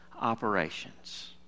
operations